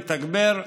מתגבר,